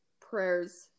prayers